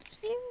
cute